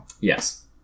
Yes